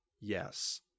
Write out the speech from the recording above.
yes